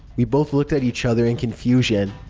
we both looked at each other in confusion.